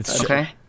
Okay